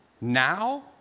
Now